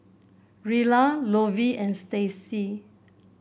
Rella Lovie and Stacy